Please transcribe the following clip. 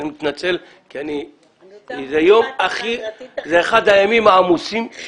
אני מתנצל, כי זה אחד הימים העמוסים.